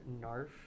NARF